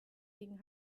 gegen